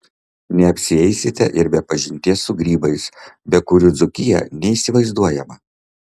neapsieisite ir be pažinties su grybais be kurių dzūkija neįsivaizduojama